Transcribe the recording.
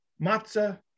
matzah